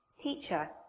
Teacher